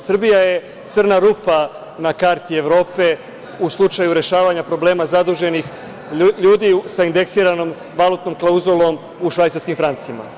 Srbija je crna rupa na karti Evropi u slučaju rešavanja problema zaduženih ljudi sa indeksiranom valutnom klauzulom u švajcarskim francima.